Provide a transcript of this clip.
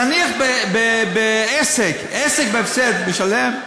נניח בעסק, עסק בהפסד משלם?